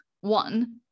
one